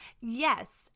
Yes